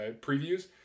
previews